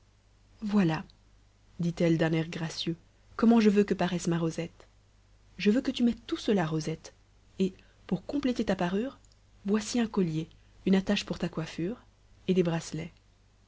voilà dit-elle d'un air gracieux comment je veux que paraisse ma rosette je veux que tu mettes tout cela rosette et pour compléter ta parure voici un collier une attache pour ta coiffure et des bracelets